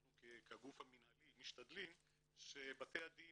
אנחנו כגוף המנהלי, משתדלים שבתי הדין